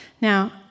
Now